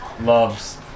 Loves